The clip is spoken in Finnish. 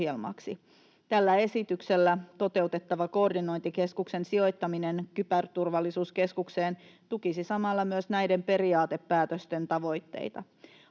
Tällä esityksellä toteutettava koordinointikeskuksen sijoittaminen Kyberturvallisuuskeskukseen tukisi samalla myös näiden periaatepäätösten tavoitteita.